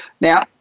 Now